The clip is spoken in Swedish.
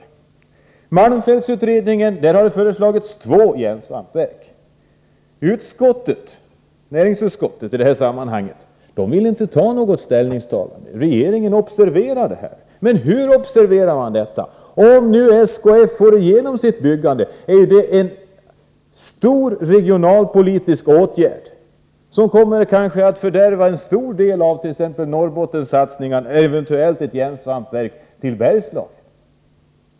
I malmfältsutredningen har det föreslagits två järnsvampsverk. Näringsutskottet vill inte göra något ställningstagande. Regeringen observerar detta — men hur observerar man det? Om nu SKF får genomföra sitt byggande så är det en stor åtgärd, som kanske kommer att fördärva en stor del av Norrbottenssatsningen — eller eventuellt en satsning på ett järnsvampsverk i Bergslagen.